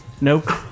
Nope